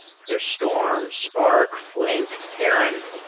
there's storm, spark, flink, heron,